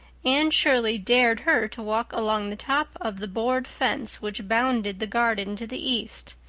anne shirley dared her to walk along the top of the board fence which bounded the garden to the east.